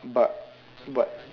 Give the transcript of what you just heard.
but but